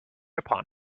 upon